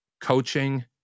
coaching